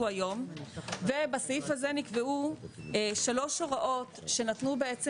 היום ובסעיף הזה נקבעו שלוש הוראות שנתנו בעצם